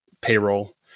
payroll